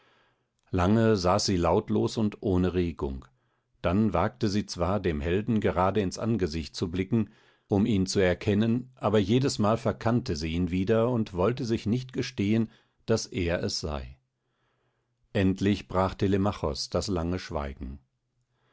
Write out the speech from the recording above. lange saß sie lautlos und ohne regung dann wagte sie zwar dem helden gerade ins angesicht zu blicken um ihn zu erkennen aber jedesmal verkannte sie ihn wieder und wollte sich nicht gestehen daß er es sei endlich brach telemachos das lange schweigen